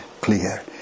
clear